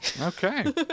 Okay